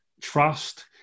trust